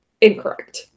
incorrect